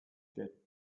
get